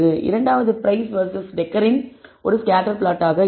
இரண்டாவது price versus டெகரின் ஒரு ஸ்கேட்டர் பிளாட் ஆக இருக்கும்